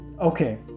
okay